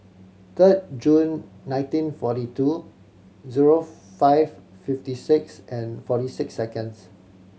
third June nineteen forty two zero five fifty six and forty six seconds